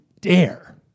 dare